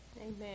Amen